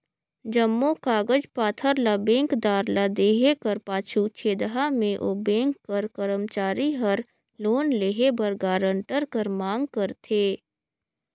जम्मो कागज पाथर ल बेंकदार ल देहे कर पाछू छेदहा में ओ बेंक कर करमचारी हर लोन लेहे बर गारंटर कर मांग करथे